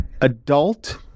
adult